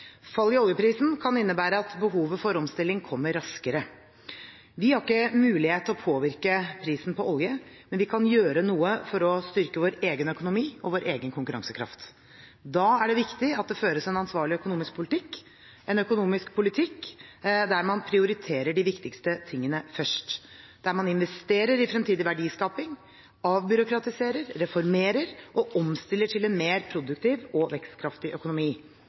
i oljeprisen kan innebære at behovet for omstilling kommer raskere. Vi har ikke mulighet til å påvirke prisen på olje, men vi kan gjøre noe for å styrke vår egen økonomi og vår egen konkurransekraft. Da er det viktig at det føres en ansvarlig økonomisk politikk, en økonomisk politikk der man prioriterer de viktigste tingene først, der man investerer i fremtidig verdiskaping, avbyråkratiserer, reformerer og omstiller til en mer produktiv og vekstkraftig økonomi.